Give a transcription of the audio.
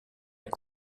est